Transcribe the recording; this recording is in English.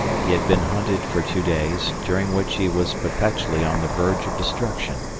he had been hunted for two days, during which he was perpetually on the verge of destruction,